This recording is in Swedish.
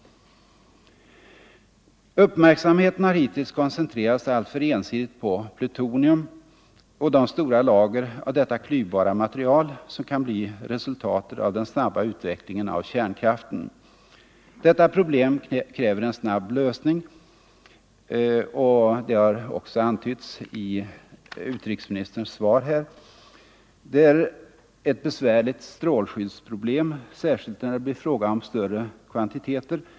nedrustningsfrågor Uppmärksamheten har hittills koncentrerats alltför ensidigt på pluna tonium och de stora lager av detta klyvbara material som kan bli resultatet av den snabba utvecklingen av kärnkraften. Detta problem kräver en snabb lösning, något som antytts i utrikesministerns svar. Det är ett besvärligt strålskyddsproblem, särskilt när det blir fråga om större kvantiteter.